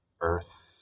Earth